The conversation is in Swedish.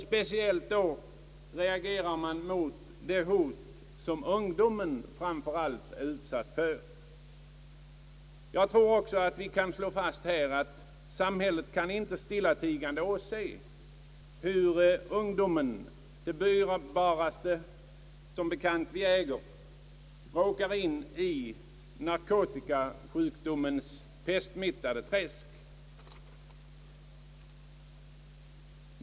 Spe ciellt reagerar man mot att ungdomen är utsatt för den fara som ligger i ett narkotikamissbruk. Samhället kan inte stillatigande åse hur ungdomen — det dyrbaraste som vi äger — hamnar i narkotikasjukdomens pestsmittade träsk.